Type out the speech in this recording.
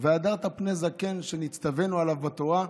"והדרת פני זקן", שנצטווינו עליו בתורה,